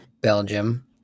Belgium